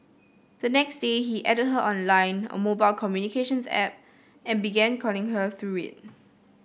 the next day he added her on Line a mobile communications app and began calling her through it